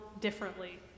differently